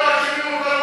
קורא לכם לקרוא יחד לפעול.